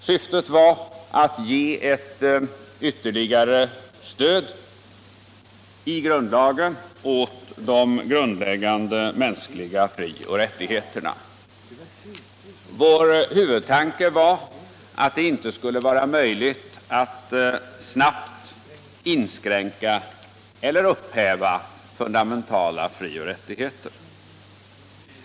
Syftet var att ge ett ytterligare stöd i grundlagen åt de grundläggande mänskliga frioch rättigheterna. Vår huvudtanke var att det inte skulle vara möjligt att snabbt inskränka eller upphäva fundamentala frioch rättigheter.